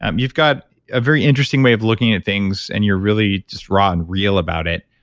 um you've got a very interesting way of looking at things and you're really just raw and real about it.